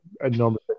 enormous